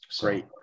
Great